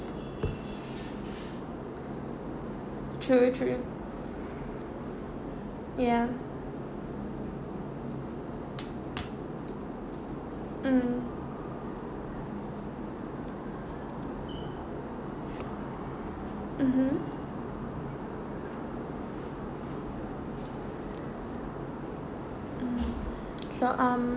true true ya mm mmhmm mm so um